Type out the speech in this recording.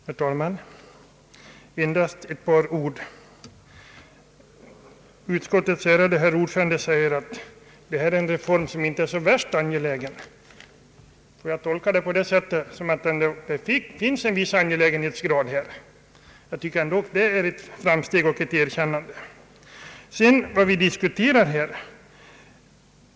Herr talman! Endast ett par ord! Utskottets ärade herr ordförande säger att detta är en reform som inte är så värst angelägen. Får jag tolka detta så att det har en viss angelägenhetsgrad? Det är i så fall ett framsteg och ett erkännande.